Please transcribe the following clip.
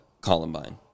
Columbine